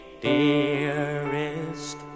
Dearest